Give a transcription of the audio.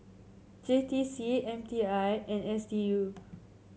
J T C M T I and S D U